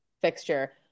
fixture